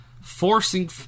Forcing